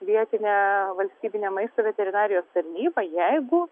vietinę valstybinę maisto veterinarijos tarnybą jeigu